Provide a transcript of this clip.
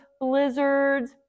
blizzards